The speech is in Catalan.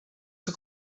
que